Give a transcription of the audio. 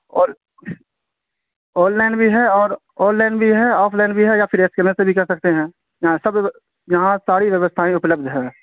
اور online بھی ہے اور آن لائن بھی ہے آف لائن بھی ہے یا پھر اسکینر سے بھی کر سکتے ہیں یہاں سب یہاں ساری ویوستھائیں اپلبدھ ہے